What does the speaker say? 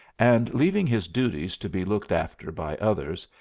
and leaving his duties to be looked after by others,